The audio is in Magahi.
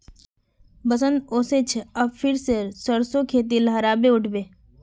बसंत ओशो छे अब फिर से सरसो खेती लहराबे उठ बे